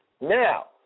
Now